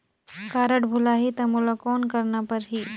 Card भुलाही ता मोला कौन करना परही?